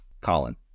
Colin